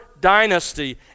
dynasty